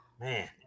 Man